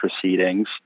proceedings